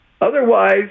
Otherwise